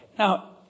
Now